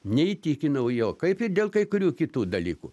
neįtikinau jo kaip ir dėl kai kurių kitų dalykų